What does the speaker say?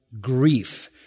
grief